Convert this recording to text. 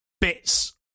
bits